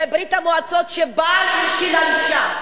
זה ברית-המועצות שבעל הלשין על אשה,